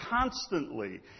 constantly